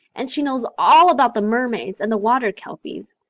and she knows all about the mermaids and the water kelpies.